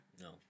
No